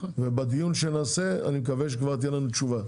ובדיון שנעשה, אני מקווה שכבר תהיה לנו תשובה.